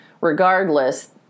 regardless